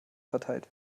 verteilt